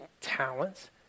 talents